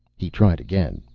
he tried again,